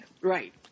Right